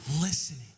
listening